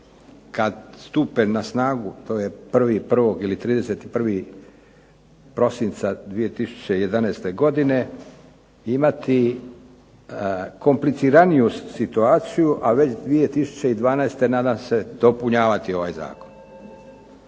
kad stupe na snagu, to je 1.1. ili 31. prosinca 2011. godine, imati kompliciraniju situaciju, a već 2012. nadam se dopunjavati ovaj zakon.